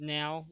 now